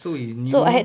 so he's new